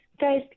Guys